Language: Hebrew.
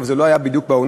אבל זה לא היה בדיוק בעונה,